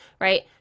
right